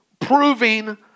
proving